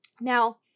now